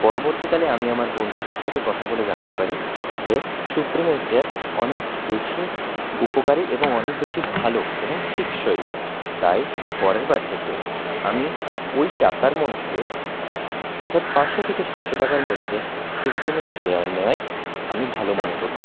পরবর্তীকালে আমি আমার বন্ধুদের সাথে কথা বলে জানতে পারি যে সুপ্রিমের চেয়ার অনেক বেশি উপকারি এবং অনেক বেশি ভালো এবং টিকসই তাই পরেরবার থেকে আমি ওই টাকার মধ্যে অর্থাৎ পাঁচশো থেকে সাতশো টাকার মধ্যে সুপ্রিমের চেয়ার নেওয়াই আমি ভালো মনে করবো